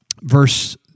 verse